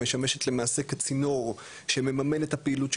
שמשמשת למעשה כצינור שמממן את הפעילות של